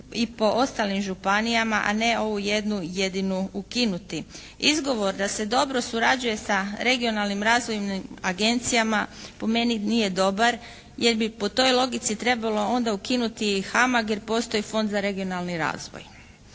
i po ostalim županijama, a ne ovu jednu jedinu ukinuti. Izgovor da se dobro surađuje sa regionalnim razvojnim agencijama po meni nije dobar, jer bi po toj logici trebalo onda ukinuti i HAMAG jer postoji Fond za regionalni razvoj